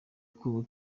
kongo